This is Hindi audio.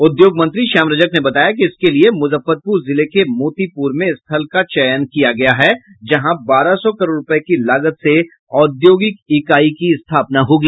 उद्योग मंत्री श्याम रजक ने बताया कि इसके लिये मुजफ्फरपुर जिले के मोतीपुर में स्थल का चयन किया गया है जहां बारह सौ करोड़ रूपये की लागत से औद्योगिक इकाई की स्थापना होगी